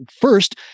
First